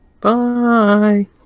Bye